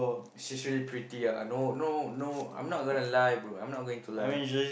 she's really pretty ah no no no I'm not gonna lie bro I'm not going to lie